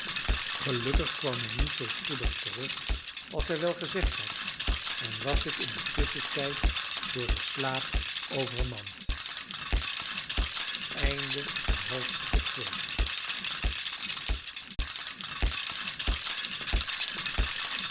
gelukkig kwam hij niet zoo spoedig terug als hij wel gezegd had en was ik in dien tusschentijd door den slaap overmand